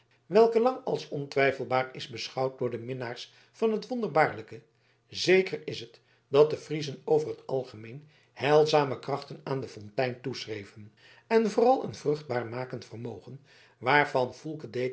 welke lang als ontwijfelbaar is beschouwd door de minnaars van het wonderbaarlijke zeker is het dat de friezen over t algemeen heilzame krachten aan de fontein toeschreven en vooral een vruchtbaarmakend vermogen waarvan